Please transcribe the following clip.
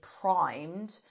primed